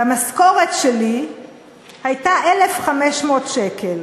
והמשכורת שלי הייתה 1,500 שקל.